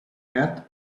earth